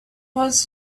was